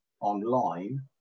online